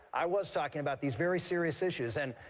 i was talking about these very serious issues. and,